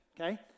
okay